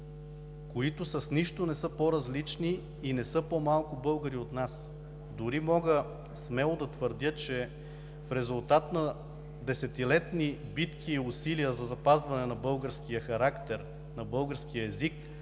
които с нищо не са по-различни и не са по-малко българи от нас. Дори мога смело да твърдя, че в резултат на десетилетни битки и усилия за запазване на българския характер, на българския език,